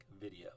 video